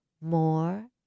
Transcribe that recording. more